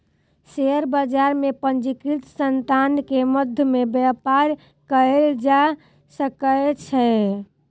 share बजार में पंजीकृत संतान के मध्य में व्यापार कयल जा सकै छै